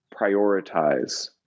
prioritize